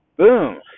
Boom